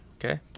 okay